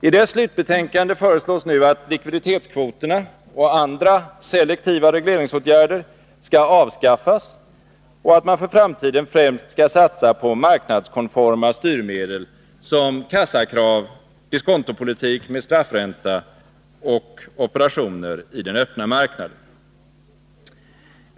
I dess slutbetänkande föreslås nu att likviditetskvoterna och andra selektiva regleringsåtgärder skall avskaffas och att man för framtiden främst skall satsa på marknadskonforma styrmedel som kassakrav, diskontopolitik med straffränta och operationer i den öppna marknaden.